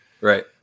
right